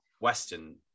western